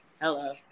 hello